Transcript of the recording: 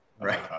right